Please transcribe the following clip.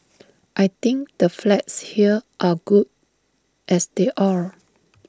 I think the flats here are good as they are